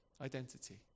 identity